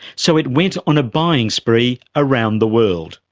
so it went on a buying spree around the world.